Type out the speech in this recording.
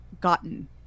gotten